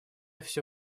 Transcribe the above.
всё